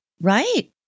right